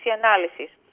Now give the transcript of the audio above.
analysis